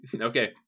Okay